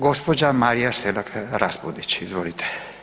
Gospođa Marija Selak Raspudić, izvolite.